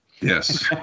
Yes